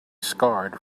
scarred